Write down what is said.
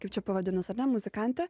kaip čia pavadinus ar ne muzikantė